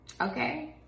okay